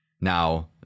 Now